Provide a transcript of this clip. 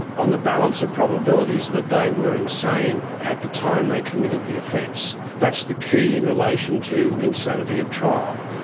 on the balance of probabilities, that they were insane at the time they committed the offence. that's the key in relation to insanity at trial.